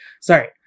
Sorry